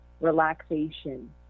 relaxation